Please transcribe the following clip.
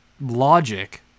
logic